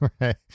right